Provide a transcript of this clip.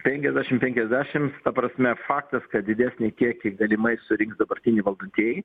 penkiasdešim penkiasdešim ta prasme faktas kad didesnį kiekį galimai surinks dabartiniai valdantieji